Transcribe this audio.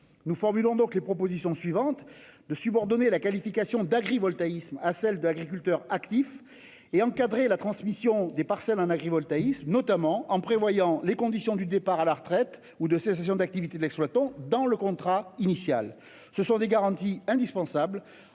Nous formulons donc les propositions suivantes : il convient de subordonner la qualification d'agrivoltaïsme à celle d'agriculteur actif et d'encadrer la transmission des parcelles en agrivoltaïsme, notamment en prévoyant les conditions du départ à la retraite ou de la cessation d'activité de l'exploitant dans le contrat initial. Il s'agit selon nous de garanties indispensables